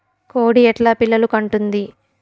కోడి ఎట్లా పిల్లలు కంటుంది?